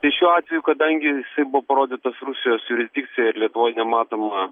tai šiuo atveju kadangi jisai buvo parodytas rusijos jurisdikcijoje ir lietuvoj nematoma